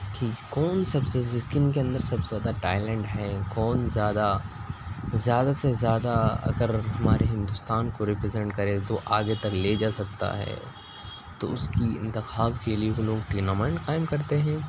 کہ کون سب سے کن کے اندر سب سے زیادہ ٹائلنٹ ہیں کون زیادہ زیادہ سے زیادہ اگر ہمارے ہندوستان کو ریپرزینٹ کرے تو آگے تک لے جا سکتا ہے تو اس کی انتخاب کے لیے وہ لوگ ٹورنامنٹ قائم کرتے ہیں